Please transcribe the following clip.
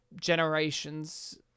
generations